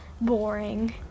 boring